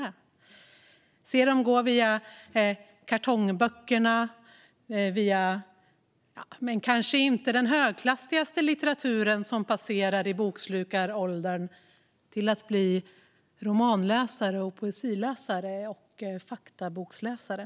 Det handlar om att se dem gå via kartongböcker och kanske inte den högklassigaste litteraturen under bokslukaråldern till att bli romanläsare, poesiläsare och faktaboksläsare.